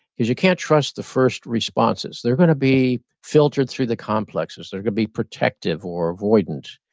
cause you can't trust the first responses they're gonna be filtered through the complexes, they're gonna be protective, or avoidant,